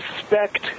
respect